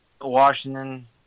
Washington